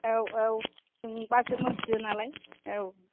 औ औ सोंबासो मिथियो नालाय औ